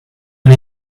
and